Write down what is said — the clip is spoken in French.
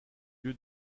lieu